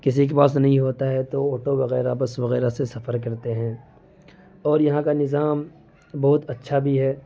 کسی کے پاس نہیں ہوتا ہے تو آٹو وغیرہ بس وغیرہ سے سفر کرتے ہیں اور یہاں کا نظام بہت اچّھا بھی ہے